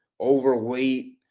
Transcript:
overweight